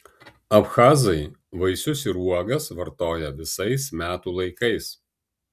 abchazai vaisius ir uogas vartoja visais metų laikais